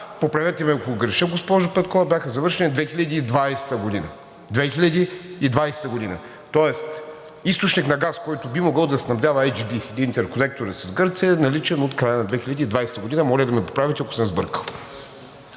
поправете ме, ако греша, госпожо Петкова, бяха завършени 2020 г. – 2020 г.! Тоест, източник на газ, който би могъл да снабдява IGB – интерконектора с Гърция, е наличен от края на 2020 г. Моля да ме поправите, ако съм сбъркал.